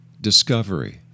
discovery